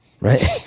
right